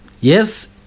Yes